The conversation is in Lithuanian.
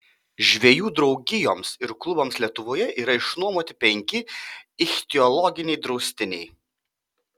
žvejų draugijoms ir klubams lietuvoje yra išnuomoti penki ichtiologiniai draustiniai